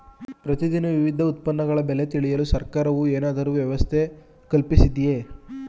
ಪ್ರತಿ ದಿನ ವಿವಿಧ ಉತ್ಪನ್ನಗಳ ಬೆಲೆ ತಿಳಿಯಲು ಸರ್ಕಾರವು ಏನಾದರೂ ವ್ಯವಸ್ಥೆ ಕಲ್ಪಿಸಿದೆಯೇ?